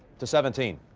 to seventeen.